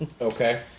Okay